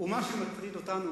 ומה שמטריד אותנו,